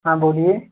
हाँ बोलिए